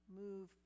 move